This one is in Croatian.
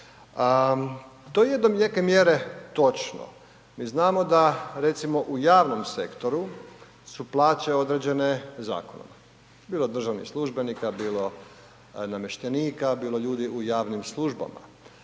To je do neke mjere točno, mi znamo da recimo u javnom sektoru su plaće određene zakonom, bilo državnih službenika, bilo namještenika, bilo ljudi u javnim službama.